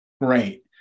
great